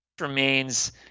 remains